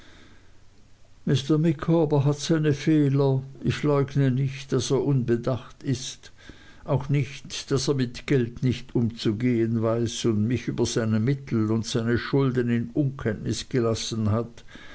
mr micawber hat seine fehler ich leugne nicht daß er unbedacht ist auch nicht daß er mit geld nicht umzugehen weiß und mich über seine mittel und seine schulden in unkenntnis gelassen hat